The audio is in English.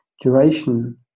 duration